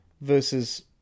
versus